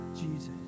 Jesus